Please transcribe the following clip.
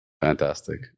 Fantastic